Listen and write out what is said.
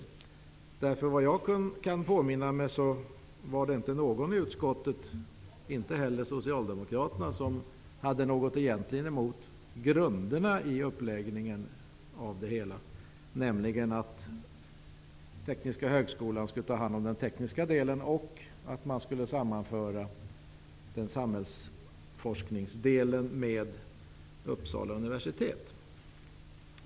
Såvitt jag kan påminna mig var det inte någon i utskottet -- inte heller någon av socialdemokraterna -- som hade något egentligt emot grunderna i uppläggningen av det hela, nämligen att Tekniska högskolan skulle ta hand om den tekniska delen och att man skulle sammanföra samhällsforskningsdelen med Uppsala universitet.